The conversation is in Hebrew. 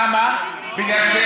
למה?